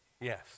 yes